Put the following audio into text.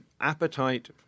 appetite